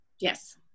Yes